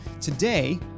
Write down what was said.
Today